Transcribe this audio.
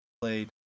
played